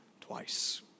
twice